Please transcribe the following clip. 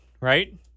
right